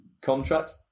contract